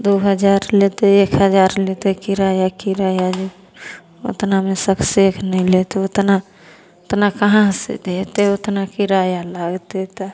दुइ हजार लेतै एक हजार लेतै किराया किराया जे ओतनामे सक्सेख नहि लेत ओतना ओतना कहाँसे देतै ओतना किराया लागतै तऽ